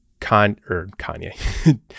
Kanye